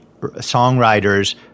songwriters